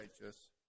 righteous